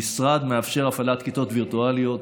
המשרד מאפשר הפעלת כיתות וירטואליות.